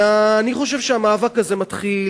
אני חושב שהמאבק הזה מתחיל,